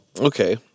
Okay